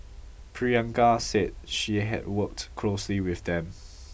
Priyanka said she had worked closely with them